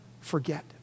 forget